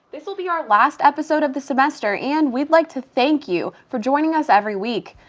this'll be our last episode of the semester, and we'd like to thank you for joining us every week.